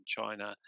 China